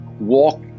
walk